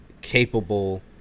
capable